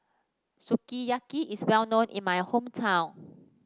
sukiyaki is well known in my hometown